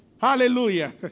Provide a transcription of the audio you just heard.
hallelujah